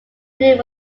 unit